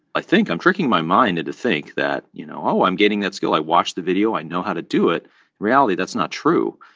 i think i'm tricking my mind and to think that, you know, oh, i'm getting that skill. i watched the video. i know how to do it. in reality, that's not true.